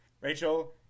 Rachel